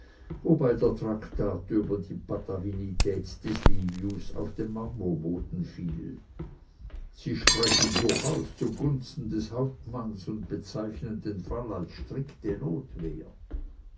wobei der traktat über die patavinität des livius auf den marmorboden fiel sie sprechen durchaus zugunsten des hauptmanns und bezeichnen den fall als strikte notwehr